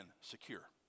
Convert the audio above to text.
secure